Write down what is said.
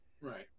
Right